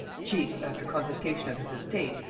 cheke, after confiscation of his estate,